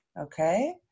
okay